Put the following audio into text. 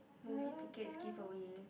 movie tickets giveaway